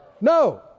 No